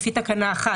לפי תקנה 1,